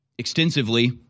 extensively